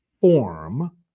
form